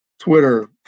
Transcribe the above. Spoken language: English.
Twitter